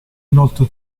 inoltre